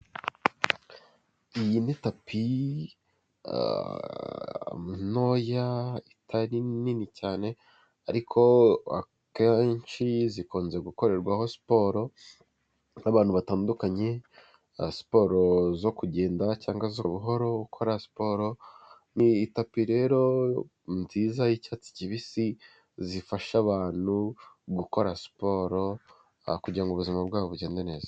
Iyi ni tapi ntoya itari nini cyane arikokenshi zikunze gukorerwaho siporo n'abantu batandukanye, siporo zo kugenda cyangwa buhoro ukora siporo, ni itapi rero nziza y'icyatsi kibisi zifasha abantu gukora siporo, kugirango ubuzima bwabo bugende neza.